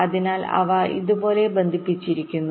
അതിനാൽ അവ ഇതുപോലെ ബന്ധിപ്പിച്ചിരിക്കുന്നു